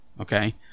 Okay